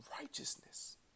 Righteousness